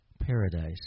paradise